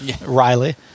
Riley